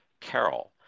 Carol